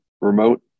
remote